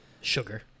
Sugar